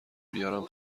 بیارم